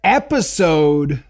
episode